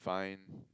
fine